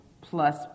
plus